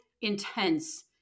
intense